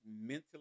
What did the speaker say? mentally